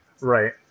Right